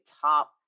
top